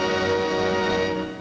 and